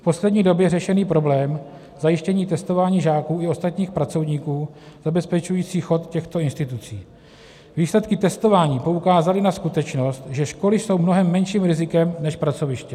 V poslední době řešený problém zajištění testování žáků i ostatních pracovníků, zabezpečujících chod těchto institucí, výsledky testování poukázaly na skutečnost, že školy jsou mnohem menším rizikem než pracoviště.